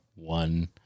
one